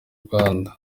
rwanda